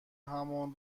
همان